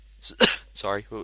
Sorry